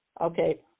okay